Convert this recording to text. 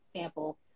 sample